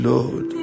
Lord